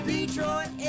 Detroit